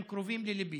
הם קרובים לליבי,